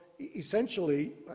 essentially